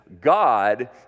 God